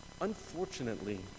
Unfortunately